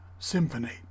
Symphony